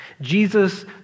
Jesus